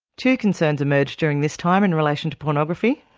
two concerns emerge during this time in relation to pornography.